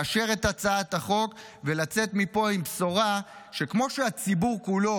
לאשר את הצעת החוק ולצאת מפה בבשורה שכמו שהציבור כולו